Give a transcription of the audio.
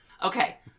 Okay